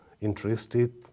interested